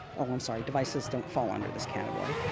oh i'm sorry, devices don't fall under this category.